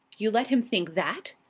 you let him think that?